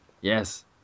Yes